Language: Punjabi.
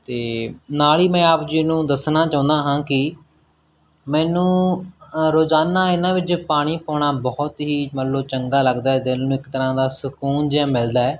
ਅਤੇ ਨਾਲ ਹੀ ਮੈਂ ਆਪ ਜੀ ਨੂੰ ਦੱਸਣਾ ਚਾਹੁੰਦਾ ਹਾਂ ਕਿ ਮੈਨੂੰ ਰੋਜ਼ਾਨਾ ਇਹਨਾਂ ਵਿੱਚ ਪਾਣੀ ਪਾਉਣਾ ਬਹੁਤ ਹੀ ਮਤਲਬ ਚੰਗਾ ਲੱਗਦਾ ਦਿਲ ਨੂੰ ਇੱਕ ਤਰ੍ਹਾਂ ਦਾ ਸਕੂਨ ਜਿਹਾ ਮਿਲਦਾ